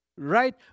right